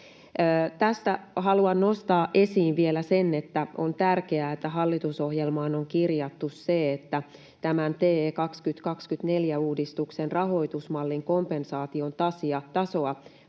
Tästä haluan nostaa esiin vielä sen, että on tärkeää, että hallitusohjelmaan on kirjattu se, että tämän TE 2024 -uudistuksen rahoitusmallin kompensaation tasoa